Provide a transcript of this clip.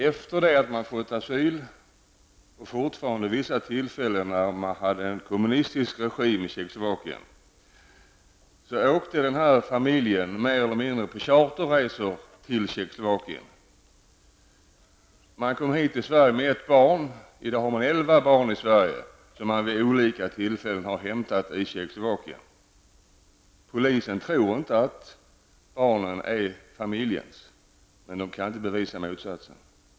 Efter det att man fått asyl i Sverige åkte den här familjen på charterresor till Tjeckoslovakien. Detta hände även då man fortfarande hade en kommunistisk regim i Tjeckoslovakien. Man kom hit till Sverige med ett barn. I dag har man elva barn i Sverige. Dessa har man hämtat i Tjeckoslovakien vid olika tillfällen. Polisen tror inte att barnen är familjens. Men de kan inte bevisa motsatsen.